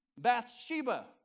Bathsheba